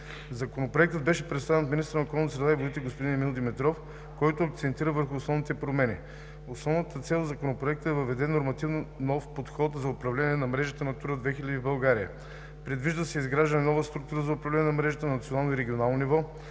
Законопроектът беше представен от министъра на околната среда и водите господин Емил Димитров, който акцентира върху основните промени. Основната цел на Законопроекта е да въведе нормативно новия подход за управление на мрежата „Натура 2000“ в България. Предвижда се изграждане на нови структури за управление на мрежата на национално и на регионално ниво.